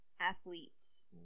athletes